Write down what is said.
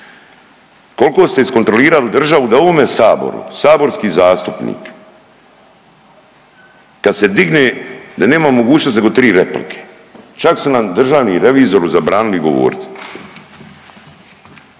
Koliko ste iskontrolirali državu da u ovome Saboru saborski zastupnik kad se digne da nema mogućnosti nego tri replike. Čak su nam državni revizoru zabranili govoriti.